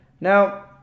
Now